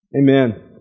Amen